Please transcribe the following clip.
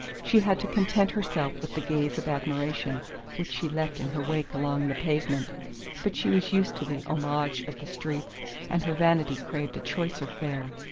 she had to content herself with the gaze of admiration which she left in her wake along the pavement but she was used to the homage of the streets and her vanity craved a choicer fare.